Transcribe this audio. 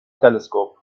telescope